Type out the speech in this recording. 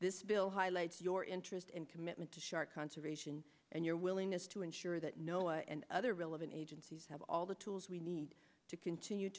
this bill highlights your interest and commitment to shark conservation and your willingness to ensure that noah and other relevant agencies have all the tools we need to continue to